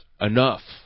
enough